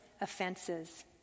offenses